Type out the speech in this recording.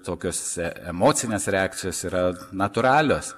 tokios emocinės reakcijos yra natūralios